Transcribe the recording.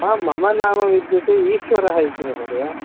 हा मम नाम विद्यते ईश्वरः इति महोदय